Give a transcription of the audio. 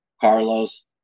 Carlos